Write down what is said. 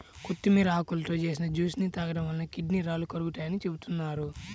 కొత్తిమీర ఆకులతో చేసిన జ్యూస్ ని తాగడం వలన కిడ్నీ రాళ్లు కరుగుతాయని చెబుతున్నారు